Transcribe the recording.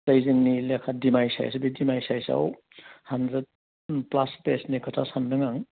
बै जोंनि लेखा दिमायस सायजावसो बे दिमायस सायजआव हान्द्रेड प्लास पेजनि खोथा सानदों आं